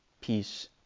peace